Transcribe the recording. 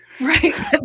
Right